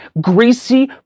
greasy